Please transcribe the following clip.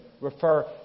refer